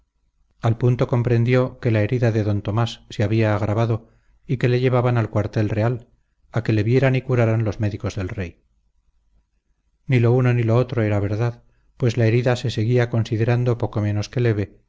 al punto comprendió que la herida de d tomás se había agravado y que le llevaban al cuartel real a que le vieran y curaran los médicos del rey ni lo uno ni lo otro era verdad pues la herida se seguía considerando poco menos que leve